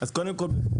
אז קודם כול,